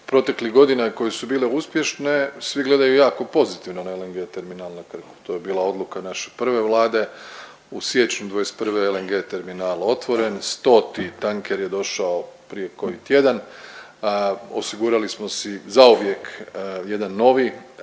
proteklih godina koje su bile uspješne. Svi gledaju jako pozitivno na LNG terminal na Krku. To je bila odluka naše prve Vlade. U siječnju 2021. LNG terminal je otvoren, stoti tanker je došao prije koji tjedan. Osigurali smo si zauvijek jedan novi